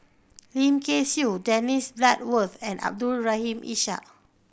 Lim Kay Siu Dennis Bloodworth and Abdul Rahim Ishak